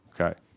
Okay